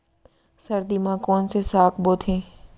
सर्दी मा कोन से साग बोथे?